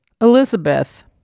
Elizabeth